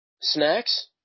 snacks